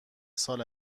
سال